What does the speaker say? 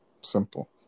Simple